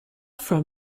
from